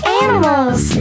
animals